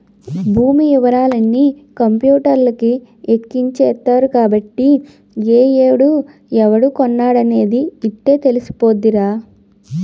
భూమి యివరాలన్నీ కంపూటర్లకి ఎక్కించేత్తరు కాబట్టి ఏ ఏడు ఎవడు కొన్నాడనేది యిట్టే తెలిసిపోద్దిరా